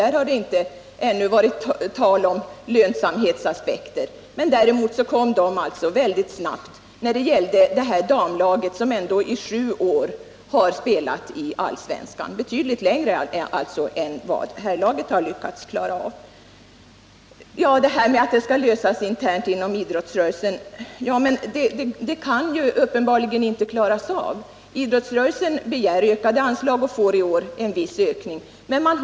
Där har det ännu inte varit tal om några lönsamhetsaspekter. Men sådana kom väldigt snabbt i fråga om damlaget som ändå har spelat i allsvenskan i sju år, något som herrlaget inte mäktat med. Så till frågan om att de ekonomiska spörsmålen skall lösas internt inom idrotten. Uppenbarligen klarar man inte av det. Idrottsrörelsen har begärt och får i år en viss ökning av anslagen.